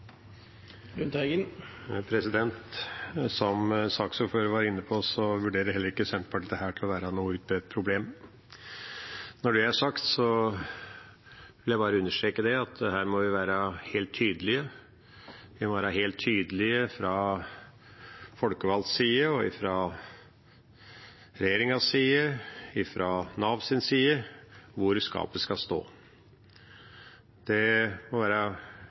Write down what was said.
heller ikke slik Senterpartiet vurderer det. Når det er sagt, vil jeg bare understreke at her må vi være helt tydelige. Vi må være helt tydelige fra de folkevalgtes side, fra regjeringas side og fra Navs side på hvor skapet skal stå. Det må være